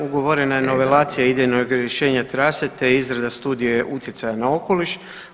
Ugovorena je novelacija idejnog rješenja trase te izrada studije utjecaja na okoliš.